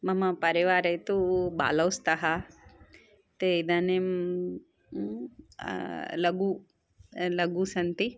मम परिवारे तु बालौ स्तः ते इदानीं लघु लघु सन्ति